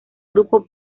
grupo